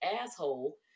asshole